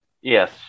Yes